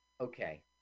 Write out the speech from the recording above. Okay